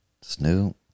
Snoop